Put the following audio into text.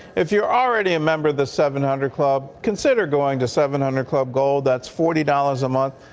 if you are already a member of the seven hundred club, consider going to seven hundred club gold. that's forty dollars a month.